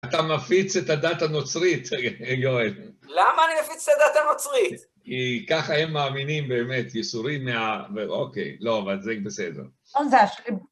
אתה מפיץ את הדת הנוצרית, יואל. למה אני מפיץ את הדת הנוצרית? כי ככה הם מאמינים באמת, יסורים מה... אוקיי, לא, אבל זה בסדר.